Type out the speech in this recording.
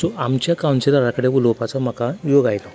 so आमच्या कांवसिलरा कडेन उलोवपाचो म्हाका योग आयलो